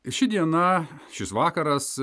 ši diena šis vakaras